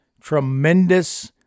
tremendous